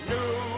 New